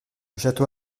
château